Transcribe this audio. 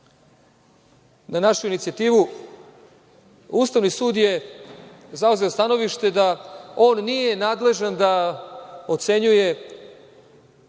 na našu inicijativu, Ustavni sud je zauzeo stanovište da on nije nadležna da ocenjuje